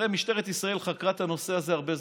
הרי משטרת ישראל חקרה את הנושא הזה הרבה זמן.